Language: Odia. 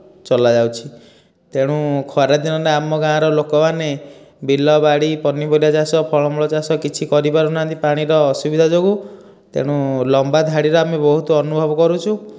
ଚଲାଯାଉଛି ତେଣୁ ଖରାଦିନରେ ଆମ ଗାଁର ଲୋକମାନେ ବିଲ ବାଡ଼ି ପନିପରିବା ଚାଷ ଫଳ ମୂଳ ଚାଷ କିଛି କରିପାରୁନାହାନ୍ତି ପାଣିର ଅସୁବିଧା ଯୋଗୁଁ ତେଣୁ ଲମ୍ବା ଧାଡ଼ିର ଆମେ ବହୁତ ଅନୁଭବ କରୁଛୁ